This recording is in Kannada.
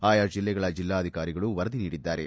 ಆಯಾ ಜಿಲ್ಲೆಗಳ ಜಿಲ್ಲಾಧಿಕಾರಿಗಳು ವರದಿ ನೀಡಿದ್ದಾರೆ